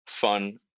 fun